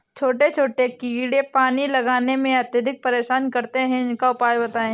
छोटे छोटे कीड़े पानी लगाने में अत्याधिक परेशान करते हैं इनका उपाय बताएं?